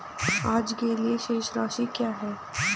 आज के लिए शेष राशि क्या है?